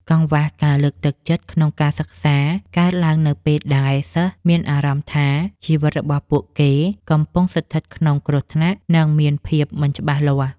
កង្វះការលើកទឹកចិត្តក្នុងការសិក្សា កើតឡើងនៅពេលដែលសិស្សមានអារម្មណ៍ថាជីវិតរបស់ពួកគេកំពុងស្ថិតក្នុងគ្រោះថ្នាក់ និងមានភាពមិនច្បាស់លាស់។